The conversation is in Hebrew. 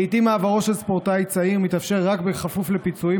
ולעיתים מעברו של ספורטאי צעיר מתאפשר רק בכפוף לפיצויים